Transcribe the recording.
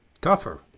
Tougher